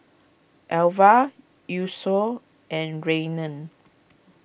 Elva Yosef and Rainen